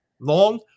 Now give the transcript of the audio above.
long